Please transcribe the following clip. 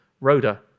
Rhoda